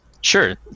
Sure